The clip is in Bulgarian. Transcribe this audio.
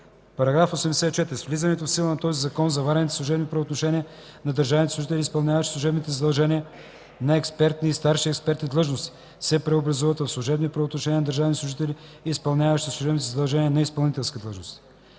84. (1) С влизането в сила на този закон заварените служебни правоотношения на държавните служители, изпълняващи служебните си задължения на експертни и старши експертни длъжности, се преобразуват в служебни правоотношения на държавни служители, изпълняващи служебните си задължения на изпълнителски длъжности.